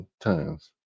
times